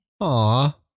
Aw